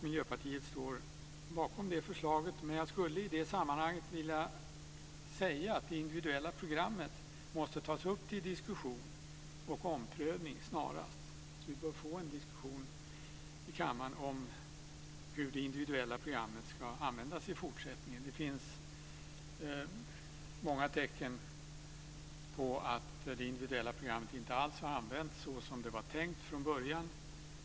Miljöpartiet står bakom det förslaget, men jag skulle i det sammanhanget vilja säga att det individuella programmet måste tas upp till diskussion och omprövning snarast, så vi bör få en diskussion i kammaren om hur det individuella programmet ska användas i fortsättningen. Det finns många tecken på att det individuella programmet inte alls har använts så som det var tänkt från början.